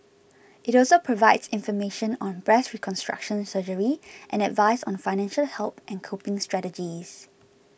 it also provides information on breast reconstruction surgery and advice on financial help and coping strategies